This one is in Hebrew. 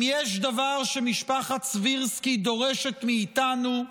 אם יש דבר שמשפחת סבירסקי דורשת מאיתנו,